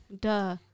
Duh